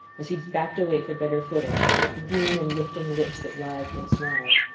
as he backed away for better footing, with lean and lifting lips that writhed and snarled.